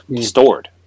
stored